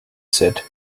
said